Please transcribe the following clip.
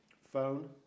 Phone